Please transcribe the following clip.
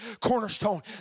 Cornerstone